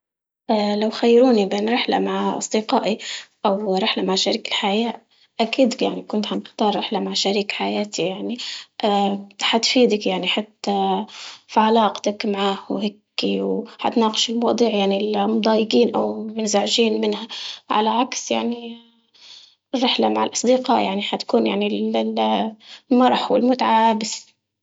لو خيروني بين رحلة مع أصدقائي أو رحلة مع شريك الحياة أكيد يعني كنت حنختار رحلة مع شريك حياتي يعني، حتفيدك يعني حتى في علاقتك معاه وهيكي، وحتناقشي الوضع يعني اللي مضايقين أو منزعجين منه، على عكس يعني رحلة مع الأصدقاء يعني حتكون يعني ال- ال- المرح والمتعة بس.